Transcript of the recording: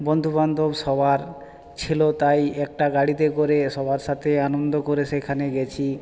বন্ধুবান্ধব সবার ছিল তাই একটা গাড়িতে করে সবার সাথে আনন্দ করে সেখানে গেছি